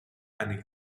eine